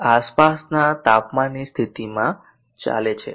તે આસપાસના તાપમાનની સ્થિતિમાં ચાલે છે